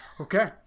okay